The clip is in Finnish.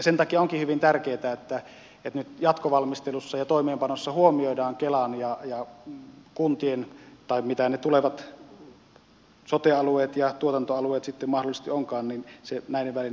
sen takia onkin hyvin tärkeätä että nyt jatkovalmistelussa ja toimeenpanossa huomioidaan kelan ja kuntien tai mitä ne tulevat sote alueet ja tuotantoalueet sitten mahdollisesti ovatkaan välinen yhteistyö